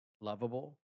lovable